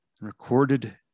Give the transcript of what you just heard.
recorded